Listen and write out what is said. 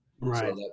Right